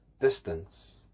distance